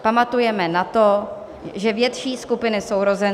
Pamatujeme na to, že větší skupiny sourozenců